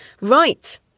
right